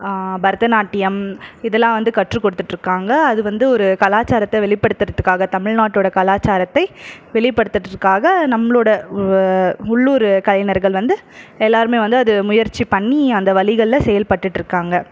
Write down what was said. பரதநாட்டியம் இதெல்லாம் வந்து கற்றுக் கொடுத்துகிட்டு இருக்காங்க அது வந்து ஒரு கலாச்சாரத்தை வெளிப்படுத்தறதுக்காக தமிழ்நாட்டோட கலாச்சாரத்தை வெளிப்படுத்துறதுக்காக நம்மளோட உள்ளூர் கலைஞர்கள் வந்து எல்லாருமே வந்து அது முயற்சிப் பண்ணி அந்த வழிகளில் செயல்பட்டுட்டுருக்காங்க